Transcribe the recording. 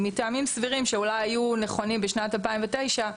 מטעמים סבירים שאולי היו נכונים בשנת 2009,